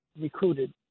recruited